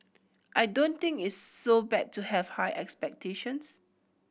I don't think it's so bad to have high expectations